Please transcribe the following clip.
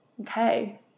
Okay